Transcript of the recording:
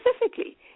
specifically